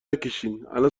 نکشینالان